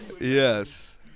Yes